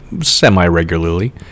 semi-regularly